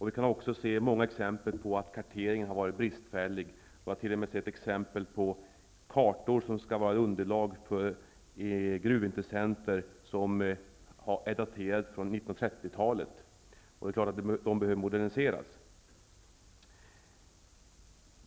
Vi kan också se många exempel på att karteringen har varit bristfällig, och det har t.o.m. funnits exempel på kartor från 1930-talet som skall fungera som underlag för gruvintressenter. Det är klart att de kartorna behöver moderniseras.